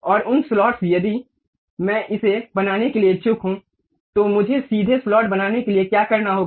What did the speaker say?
और उन स्लॉट्स यदि मैं इसे बनाने के लिए इच्छुक हूं तो मुझे सीधे स्लॉट लेने के लिए क्या करना होगा